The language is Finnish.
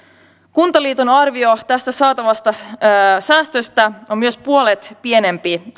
kuntaliiton arvio tästä saatavasta säästöstä on myös puolet pienempi